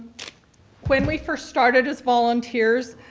when we first started as volunteers,